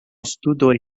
studoj